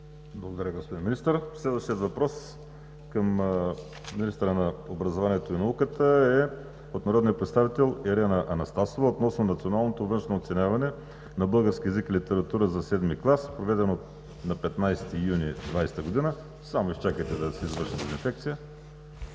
Благодаря, господин Министър. Следващият въпрос към министъра на образованието и науката е от народния представител Ирена Анастасова относно Националното външно оценяване по български език и литература за VII клас, проведено на 15 юни 2020 г. Заповядайте, госпожо Анастасова.